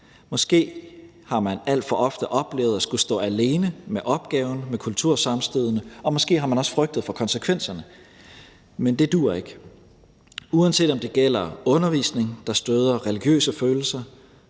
Måske har man alt for ofte oplevet at skulle stå alene med opgaven med kultursammenstødene, og måske har man også frygtet for konsekvenserne, men det duer ikke. Uanset om det gælder undervisning, der støder religiøse følelser,